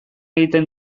egiten